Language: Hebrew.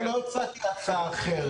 לא הצעתי הצעה אחרת.